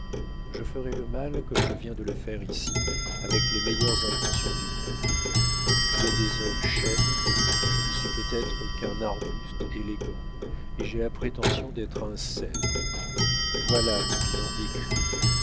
je ferais le mal comme je viens de le faire ici avec les meilleures intentions du monde il y a des hommes chênes je ne suis peut-être qu'un arbuste élégant et j'ai la prétention d'être un cèdre voilà mon bilan écrit